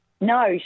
No